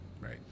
Right